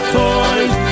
toys